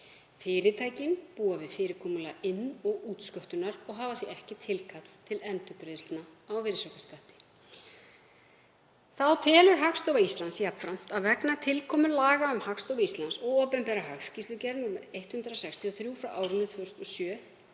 Fyrirtækin búa við fyrirkomulag inn- og útsköttunar og hafa því ekki tilkall til endurgreiðslna á virðisaukaskatti. Þá telur Hagstofa Íslands jafnframt að vegna tilkomu laga um Hagstofu Íslands og opinbera hagskýrslugerð, nr. 163/2007,